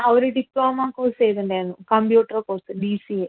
ആ ഒരു diploma course ചെയ്തിട്ടുണ്ടായിരുന്നു computer course B C A